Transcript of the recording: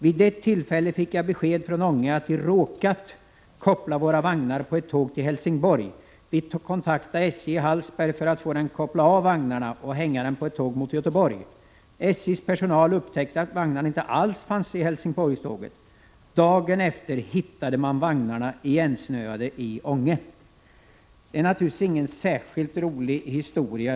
”Vid ett tillfälle fick jag besked från Ånge att de "råkat koppla våra vagnar på ett tåg till Helsingborg. Vi kontaktade SJ i Hallsberg för att få dem att koppla av vagnarna och hänga dem på ett tåg mot Göteborg. SJ:s personal upptäckte att vagnarna inte alls fanns i Helsingborgs-tåget. Dagen efter hittade man vagnarna igensnöade i Ånge.” Detta är naturligtvis ingen särkilt rolig historia.